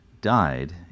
Died